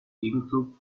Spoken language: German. gegenzug